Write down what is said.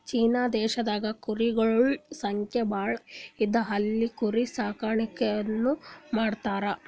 China ದೇಶದಾಗ್ ಕುರಿಗೊಳ್ ಸಂಖ್ಯಾ ಭಾಳ್ ಇದ್ದು ಅಲ್ಲಿ ಕುರಿ ಸಾಕಾಣಿಕೆನೂ ಮಾಡ್ತರ್